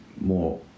more